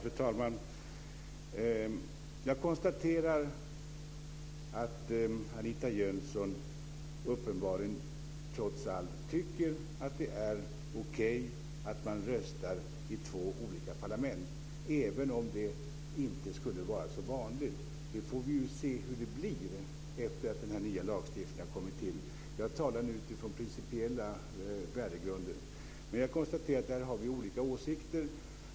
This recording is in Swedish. Fru talman! Jag konstaterar att Anita Jönsson uppenbarligen trots allt tycker att det är okej att man röstar i två olika parlament. Även om det inte skulle vara så vanligt, får vi ju se hur det blir när den nya lagstiftningen har kommit till. Jag talar nu utifrån principiella värdegrunder. Men jag konstaterar att där har vi olika åsikter.